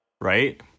right